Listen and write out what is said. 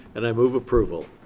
and i move approval.